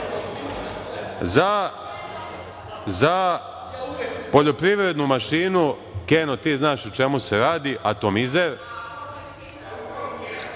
Za poljoprivrednu mašinu, Keno, ti znaš o čemu se radi, „atomizer“,